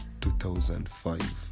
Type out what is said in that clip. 2005